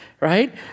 Right